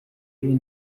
y’iyi